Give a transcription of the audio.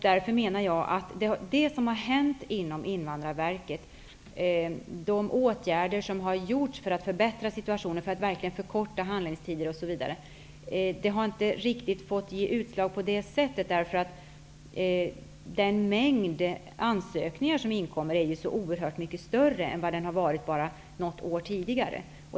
Därför menar jag att de åtgärder som har vidtagits inom Invandrarverket för att förbättra situationen och för att verkligen förkorta handläggningstiderna osv. har inte riktigt fått ge utslag på det sättet. Den mängd ansökningar som inkommer är så oerhört mycket större än vad den var för bara något år sedan.